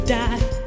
die